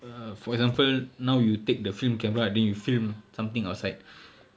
for example now you take the film camera right then you film something outside